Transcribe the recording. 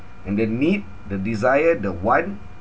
and the need the desire the want